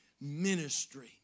ministry